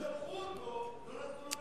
אלה ששלחו אותו לא נתנו לו רשות,